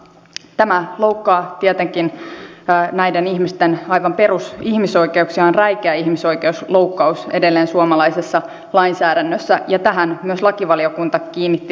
tämä loukkaa tietenkin aivan näiden ihmisten perusihmisoikeuksia on edelleen räikeä ihmisoikeusloukkaus suomalaisessa lainsäädännössä ja tähän myös lakivaliokunta kiinnitti huomiota